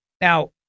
Now